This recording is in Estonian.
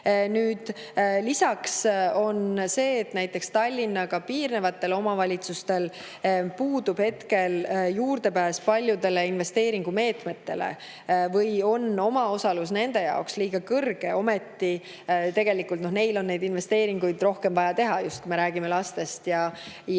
Nüüd, lisaks on see, et näiteks Tallinnaga piirnevatel omavalitsustel puudub hetkel juurdepääs paljudele investeeringumeetmetele või on omaosalus nende jaoks liiga kõrge. Ometi on neil tegelikult vaja investeeringuid rohkem teha, kui me räägime just lastest,